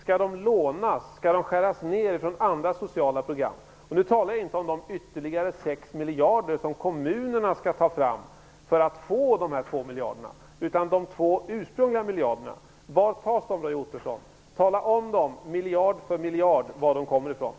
Skall de lånas? Skall det skäras i andra sociala program? Nu talar jag inte om de ytterligare 6 miljarder som kommunerna skall ta fram för att komma i åtnjutande av dessa 2 miljarder, utan jag talar om de två ursprungliga miljarderna. Varifrån skall de tas, Roy Ottosson? Tala om miljard för miljard varifrån de skall tas!